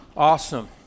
Awesome